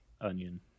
onion